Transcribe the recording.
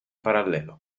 parallelo